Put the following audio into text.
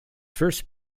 first